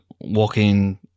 walking